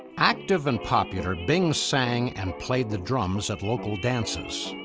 active and popular, bing sang and played the drums at local dances.